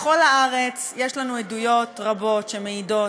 בכל הארץ יש לנו עדויות רבות שמעידות